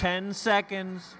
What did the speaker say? ten seconds